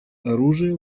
оружия